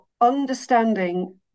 understanding